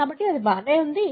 కాబట్టి అది బాగానే ఉంది